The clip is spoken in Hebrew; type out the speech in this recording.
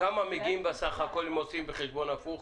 כמה מגיעים בסך הכול אם עושים חשבון הפוך?